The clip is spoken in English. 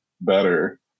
better